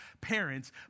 parents